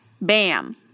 Bam